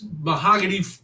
mahogany